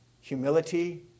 humility